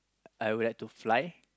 I would like to fly